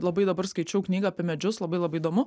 labai dabar skaičiau knygą apie medžius labai labai įdomu